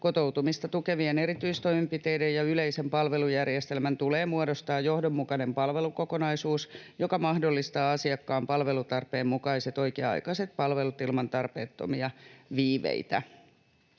Kotoutumista tukevien erityistoimenpiteiden ja yleisen palvelujärjestelmän tulee muodostaa johdonmukainen palvelukokonaisuus, joka mahdollistaa asiakkaan palvelutarpeen mukaiset oikea-aikaiset palvelut ilman tarpeettomia viiveitä.